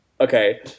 okay